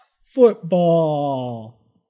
Football